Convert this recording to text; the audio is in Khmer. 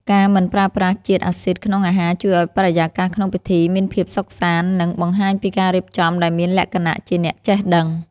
ការមិនប្រើប្រាស់ជាតិអាស៊ីតក្នុងអាហារជួយឱ្យបរិយាកាសក្នុងពិធីមានភាពសុខសាន្ត និង បង្ហាញពីការរៀបចំដែលមានលក្ខណៈជាអ្នកចេះដឹង។